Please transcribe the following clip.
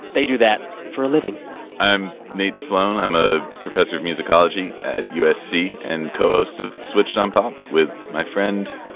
they do that for a living i'm nate sloan. i'm a professor of musicology at usc and co-host of switched on pop with my friend.